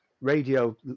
radio